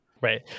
Right